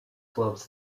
clubs